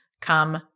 come